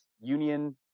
union